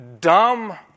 dumb